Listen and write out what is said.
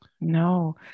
no